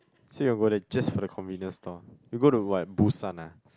so you will go there just for the convenience store you go to where Busan ah